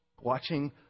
watching